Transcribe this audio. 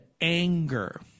anger